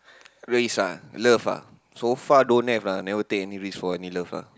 race ah love ah so far don't have lah never take any risk for any love lah